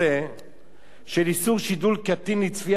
של איסור שידול קטין לצפייה בפרסום תועבה,